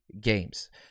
games